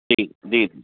जी जी